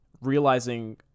realizing